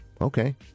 okay